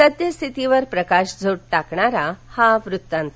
सद्यस्थितीवर प्रकाशझोत टाकणारा हा वृत्तांत